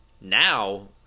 Now